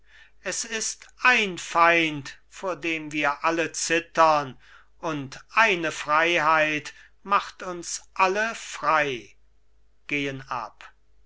es ist ein feind vor dem wir alle zittern und eine freiheit macht uns alle frei gehen ab